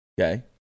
Okay